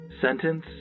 sentence